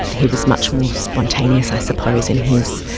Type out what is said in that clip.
he was much more spontaneous i suppose in his